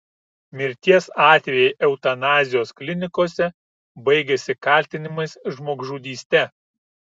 mirties atvejai eutanazijos klinikose baigiasi kaltinimais žmogžudyste